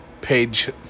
page